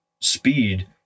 speed